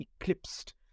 eclipsed